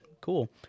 cool